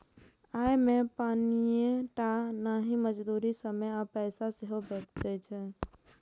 अय से पानिये टा नहि, मजदूरी, समय आ पैसा सेहो बचै छै